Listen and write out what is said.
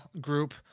group